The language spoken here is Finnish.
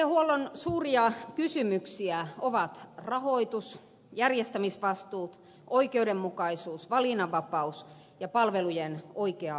terveydenhuollon suuria kysymyksiä ovat rahoitus järjestämisvastuut oikeudenmukaisuus valinnanvapaus ja palvelujen oikea aikaisuus